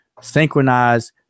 synchronize